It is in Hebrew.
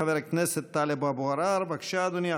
חבר הכנסת טלב אבו עראר, בבקשה, אדוני.